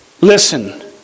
listen